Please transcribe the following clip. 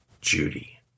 Judy